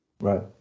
right